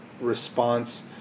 response